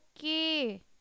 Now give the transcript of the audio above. okay